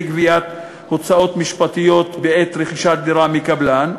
גביית הוצאות משפטיות בעת רכישת דירה מקבלן,